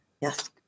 yes